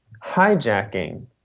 hijacking